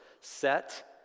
set